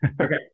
Okay